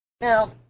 Now